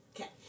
Okay